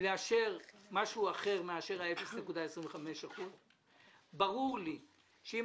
לאשר משהו אחר מאשר 0.25%. ברור לי שאם